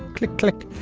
click, click.